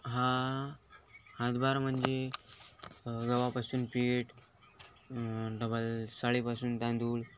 हा हातभार म्हणजे गव्हापासून पीठ डबल साळीपासून तांदूळ